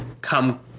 come